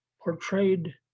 portrayed